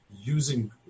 using